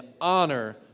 honor